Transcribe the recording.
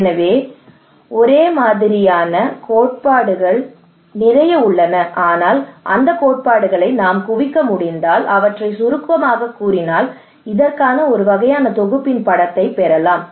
எனவே ஒரே மாதிரியான கோட்பாடுகள் நிறைய உள்ளன ஆனால் அந்தக் கோட்பாடுகளை நாம் குவிக்க முடிந்தால் அவற்றைச் சுருக்கமாகக் கூறினால் இதற்கான ஒரு வகையான தொகுப்பின் படத்தைப் பெறலாம்